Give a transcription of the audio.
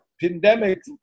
pandemic